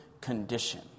condition